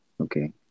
Okay